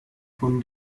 von